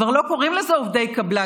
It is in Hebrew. כבר לא קוראים לזה "עובדי קבלן",